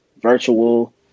virtual